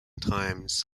times